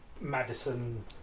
Madison